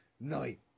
night